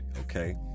Okay